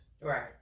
Right